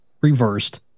reversed